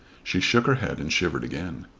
she shook her head and shivered again.